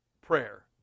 prayer